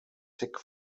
sick